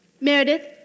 Meredith